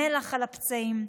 מלח על הפצעים,